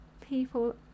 people